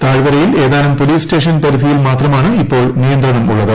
താഴ്വരയിൽ ഏതാനും police station പരിധിയിൽ മാത്രമാണ് ഇപ്പോൾ നിയന്ത്രണമുള്ളത്